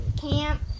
camp